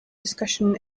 discussion